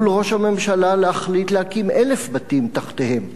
ראש הממשלה עלול להחליט להקים 1,000 בתים תחתיהם.